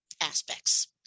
aspects